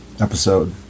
episode